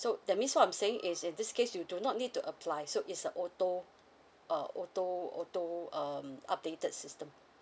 so that means what I'm saying is in this case you do not need to apply so it's a auto err auto auto um updated system